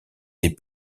des